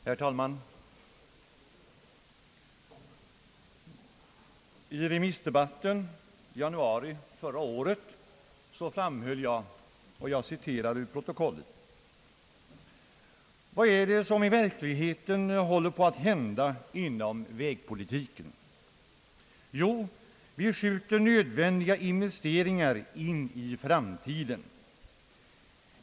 Herr talman! Vid remissdebatten i januari förra året framhöll jag: »Vad är det som i verkligheten håller på att hända inom vägpolitiken? Jo, vi skjuter nödvändiga investeringar in i framti den.